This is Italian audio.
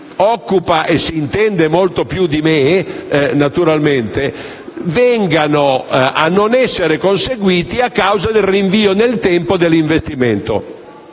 occupa e s'intende molto più di me, vengano a non essere conseguiti a causa del rinvio nel tempo dell'investimento.